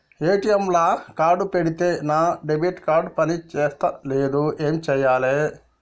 ATM లా card పెడితే నా డెబిట్ కార్డ్ పని చేస్తలేదు ఏం చేయాలే?